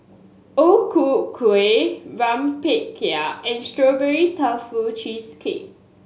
O Ku Kueh rempeyek and Strawberry Tofu Cheesecake